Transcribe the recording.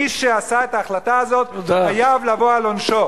מי שעשה את ההחלטה הזאת חייב לבוא על עונשו.